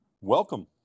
welcome